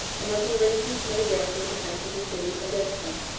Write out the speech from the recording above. and of the arrangements made there for the defense of the city against him,